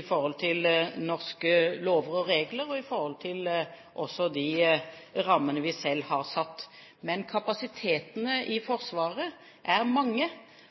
i forhold til norske lover og regler og i forhold til de rammene vi selv har satt. Men kapasitetene i Forsvaret er mange,